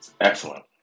Excellent